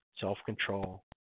self-control